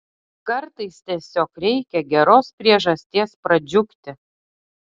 kartais tiesiog reikia geros priežasties pradžiugti